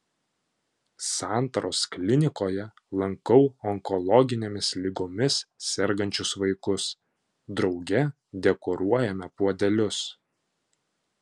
santaros klinikoje lankau onkologinėmis ligomis sergančius vaikus drauge dekoruojame puodelius